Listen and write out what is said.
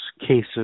cases